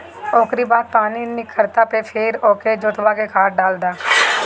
ओकरी बाद पानी निखरला पे फिर ओके जोतवा के खाद डाल दअ